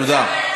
תודה.